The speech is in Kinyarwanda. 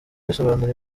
risobanura